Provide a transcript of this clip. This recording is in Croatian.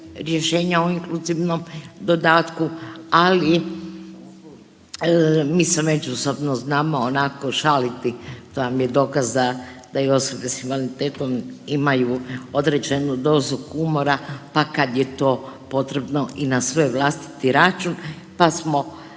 rješenja o inkluzivnom dodatku, ali mi se međusobno znamo onako šaliti, to vam je dokaz da i osobe s invaliditetom imaju određenu dozu humora pa kad je to potrebno i na svoj vlastiti račun, pa smo